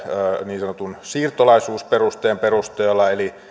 niin sanotun siirtolaisuusperusteen perusteella eli